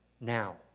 Now